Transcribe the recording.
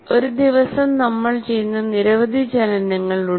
ഒരു ദിവസം നമ്മൾ ചെയ്യുന്ന നിരവധി ചലനങ്ങൾ ഉണ്ട്